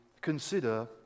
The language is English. consider